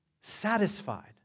satisfied